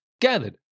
gathered